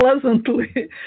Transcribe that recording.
pleasantly